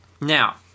Now